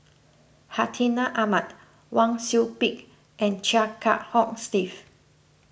Hartinah Ahmad Wang Sui Pick and Chia Kiah Hong Steve